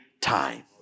time